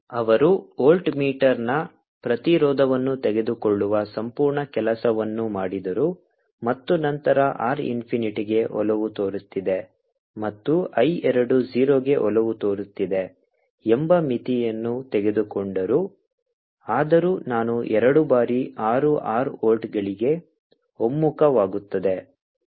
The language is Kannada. ಅವರು ವೋಲ್ಟ್ ಮೀಟರ್ನ ಪ್ರತಿರೋಧವನ್ನು ತೆಗೆದುಕೊಳ್ಳುವ ಸಂಪೂರ್ಣ ಕೆಲಸವನ್ನು ಮಾಡಿದರು ಮತ್ತು ನಂತರ R ಇನ್ಫಿನಿಟಿಗೆ ಒಲವು ತೋರುತ್ತಿದೆ ಮತ್ತು I ಎರಡು 0 ಗೆ ಒಲವು ತೋರುತ್ತಿದೆ ಎಂಬ ಮಿತಿಯನ್ನು ತೆಗೆದುಕೊಂಡರು ಆದರೂ ನಾನು ಎರಡು ಬಾರಿ R ಆರು ವೋಲ್ಟ್ಗಳಿಗೆ ಒಮ್ಮುಖವಾಗುತ್ತದೆ